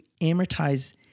amortize